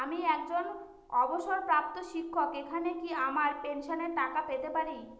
আমি একজন অবসরপ্রাপ্ত শিক্ষক এখানে কি আমার পেনশনের টাকা পেতে পারি?